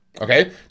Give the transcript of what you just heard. Okay